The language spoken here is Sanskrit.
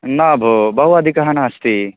न भो बहु अधिकः नास्ति